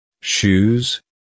shoes